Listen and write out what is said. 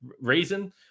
reason